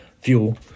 fuel